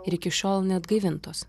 ir iki šiol neatgaivintos